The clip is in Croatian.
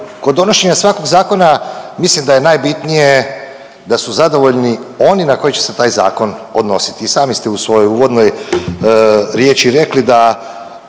kod donošenja svakog zakona mislim da je najbitnije da su zadovoljni oni na koje će se taj zakon odnositi. I sami ste u svojoj uvodnoj riječi rekli da